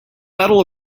medal